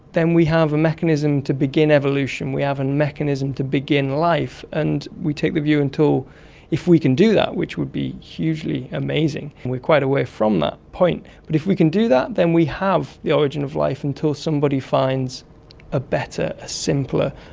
then we have a mechanism to begin evolution, we have a mechanism to begin life. and we take the view if we can do that, which would be hugely amazing, we are quite a way from that point, but if we can do that then we have the origin of life until somebody finds a better, a simpler,